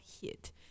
hit